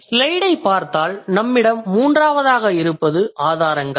ஸ்லைடைப் பார்த்தால் நம்மிடம் மூன்றாவதாக இருப்பது ஆதாரங்கள்